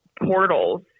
portals